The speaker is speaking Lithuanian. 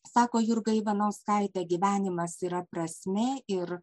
sako jurga ivanauskaitė gyvenimas yra prasmė ir